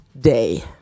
day